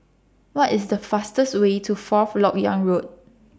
What IS The fastest Way to Fourth Lok Yang Road